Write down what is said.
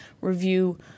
review